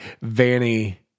Vanny